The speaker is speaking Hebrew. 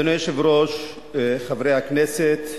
אדוני היושב-ראש, חברי הכנסת,